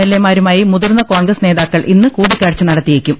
LA മാരുമായി മുതിർന്ന കോൺഗ്രസ് നേതാക്കൾ ഇന്ന് കൂടി ക്കാഴ്ച നടത്തിയേക്കും